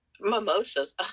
Mimosas